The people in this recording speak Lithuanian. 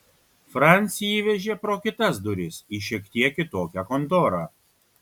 francį įvežė pro kitas duris į šiek tiek kitokią kontorą